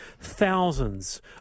Thousands